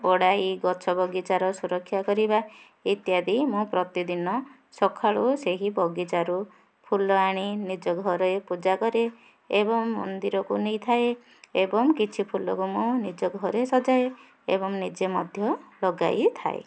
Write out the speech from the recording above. ପଡ଼ାଇ ଗଛ ବଗିଚାର ସୁରକ୍ଷା କରିବା ଇତ୍ୟାଦି ମୁଁ ପ୍ରତିଦିନ ସକାଳୁ ସେହି ବଗିଚାରୁ ଫୁଲ ଆଣି ନିଜ ଘରେ ପୂଜା କରେ ଏବଂ ମନ୍ଦିରକୁ ନେଇଥାଏ ଏବଂ କିଛି ଫୁଲକୁ ମୁଁ ନିଜ ଘରେ ସଜାଏ ଏବଂ ନିଜେ ମଧ୍ୟ ଲଗାଇଥାଏ